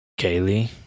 Kaylee